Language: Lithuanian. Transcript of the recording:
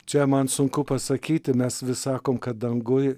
čia man sunku pasakyti mes vis sakom kad danguj